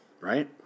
Right